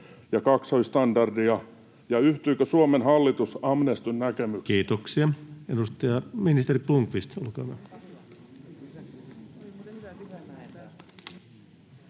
ja kaksoisstandardia, ja yhtyykö Suomen hallitus Amnestyn näkemykseen? [Speech